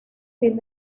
fin